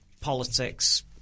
politics